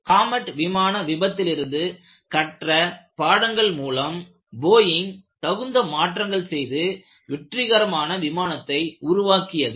Comet விமான விபத்திலிருந்து கற்ற பாடங்கள் மூலம் போயிங் தகுந்த மாற்றங்கள் செய்து வெற்றிகரமான விமானத்தை உருவாக்கியது